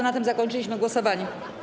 Na tym zakończyliśmy głosowanie.